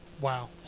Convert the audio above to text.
Wow